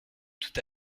tout